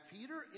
Peter